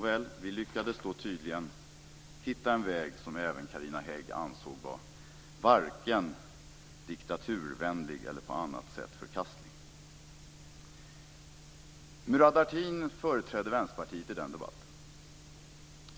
Nåväl, vi lyckades tydligen hitta en väg som även Carina Hägg ansåg var varken diktaturvänlig eller på annat sätt förkastlig.